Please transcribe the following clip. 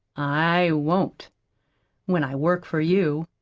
i won't when i work for you.